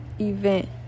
event